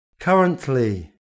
Currently